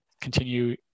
continue